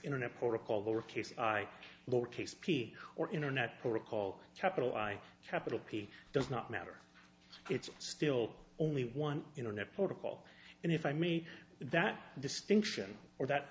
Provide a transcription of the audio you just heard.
internet protocol that we're case i lowercase p or internet protocol capital i capital p does not matter it's still only one internet protocol and if i me that distinction or that